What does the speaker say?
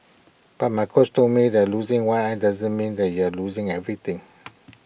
but my coach told me that losing one eye doesn't mean that you have losing everything